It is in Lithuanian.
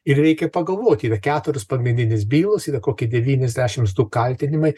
ir reikia pagalvoti yra keturios pagrindinės bylos yra kokį devyniasdešimts du kaltinimai